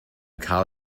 cael